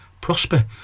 Prosper